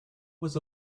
was